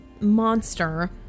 monster